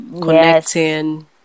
connecting